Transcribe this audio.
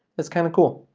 it's kinda cool.